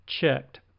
checked